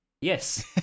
yes